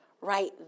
right